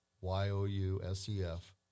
Y-O-U-S-E-F